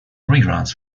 reruns